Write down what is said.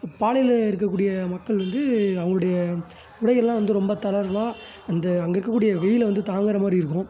பாலையில் இருக்கக்கூடிய மக்கள் வந்து அவங்களுடைய உடை எல்லாம் வந்து ரொம்ப தளர்வாக அந்த அங்கே இருக்கக்கூடிய வெயிலை வந்து தாங்குற மாதிரி இருக்கும்